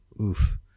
Oof